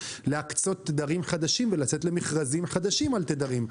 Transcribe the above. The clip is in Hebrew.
להקצות תדרים חדשים ולצאת למכרזים חדשים על תדרים.